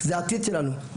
זה העתיד שלנו,